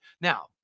Now